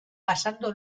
pasando